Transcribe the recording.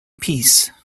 peace